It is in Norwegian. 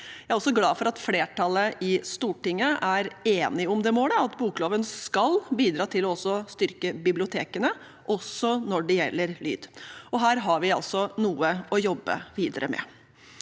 er jeg også glad for at flertallet i Stortinget er enige om det målet – at bokloven skal bidra til å styrke bibliotekene, også når det gjelder lyd. Her har vi altså noe å jobbe videre med.